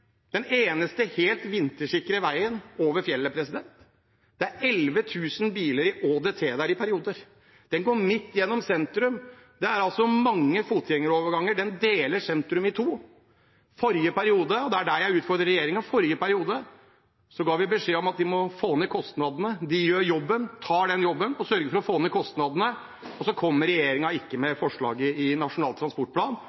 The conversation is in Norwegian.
den eneste helt vintersikre veien over fjellet. Det er en årsdøgntrafikk på 11 000 biler der i perioder. Veien går midt gjennom sentrum – det er mange fotgjengeroverganger – og den deler sentrum i to. I forrige periode – og det er der jeg utfordrer regjeringen – ga vi beskjed om at den må få ned kostnadene, at den gjør den jobben, tar den jobben, sørger for å få ned kostnadene, og så kommer ikke regjeringen med